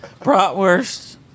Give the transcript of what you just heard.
Bratwurst